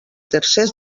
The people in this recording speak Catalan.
tercers